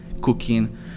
cooking